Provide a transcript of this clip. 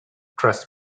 trust